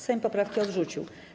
Sejm poprawki odrzucił.